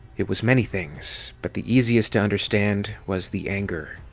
it was many things, but the easiest to understand was the anger.